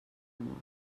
mort